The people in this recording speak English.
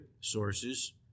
sources